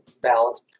balance